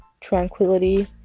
tranquility